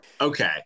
Okay